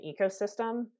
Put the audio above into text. ecosystem